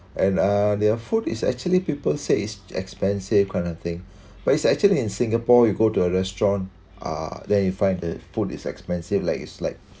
and uh their food is actually people say it's expensive kind of thing but it's actually in singapore you go to a restaurant uh then you find the food is expensive like it's like